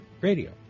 Radio